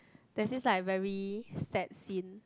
that seems like very sad scene